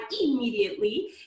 immediately